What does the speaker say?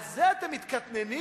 על זה אתם מתקטננים?